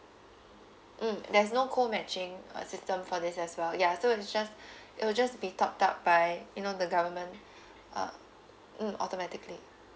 mm there's no co matching a system for this as well ya so it's just it will just be topped up by you know the government uh mm automatically